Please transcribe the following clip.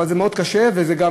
אבל זה מאוד קשה, וזה גם